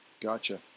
Gotcha